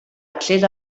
accés